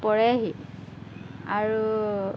পৰেহি আৰু